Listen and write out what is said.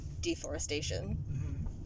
deforestation